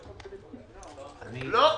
לא?